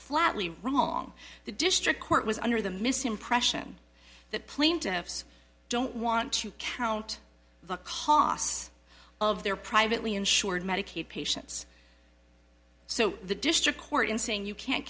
flatly wrong the district court was under the misimpression that plaintiffs don't want to count the cost of their privately insured medicaid patients so the district court in saying you can't